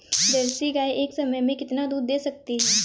Jersey गाय एक समय में कितना दूध दे सकती है?